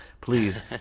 please